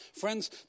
Friends